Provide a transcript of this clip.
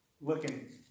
looking